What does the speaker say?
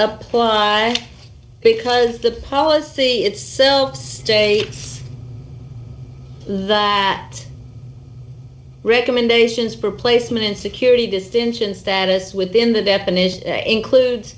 apply because the policy itself states that recommendations for placement security distintion status within the definition includes